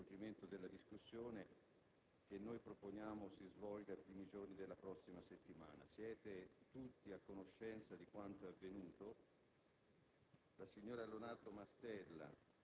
sarà poi stabilita una nuova data per lo svolgimento di tale discussione, che noi proponiamo avvenga i primi giorni della prossima settimana. Siete tutti a conoscenza di quanto è avvenuto.